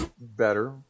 Better